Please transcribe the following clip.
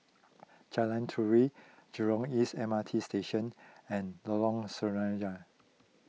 Jalan Turi Jurong East M R T Station and Lorong Sinaran